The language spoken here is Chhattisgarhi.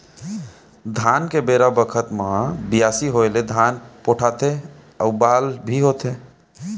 धान के बेरा बखत म बियासी होय ले धान पोठाथे अउ बाल भी होथे